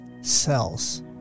cells